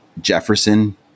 Jefferson